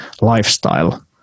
lifestyle